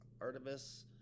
Artemis